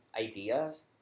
ideas